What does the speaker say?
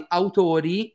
autori